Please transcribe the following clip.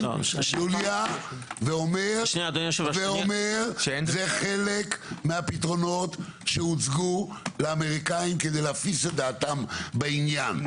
ואומר: זה חלק מהפתרונות שהוצגו לאמריקאים כדי להפיס את דעתם בעניין.